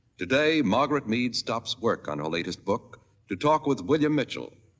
today margaret mead stops work on her latest book to talk with william mitchell,